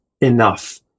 enough